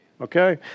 Okay